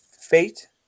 fate